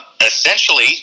essentially